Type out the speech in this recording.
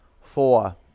four